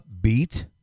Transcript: Upbeat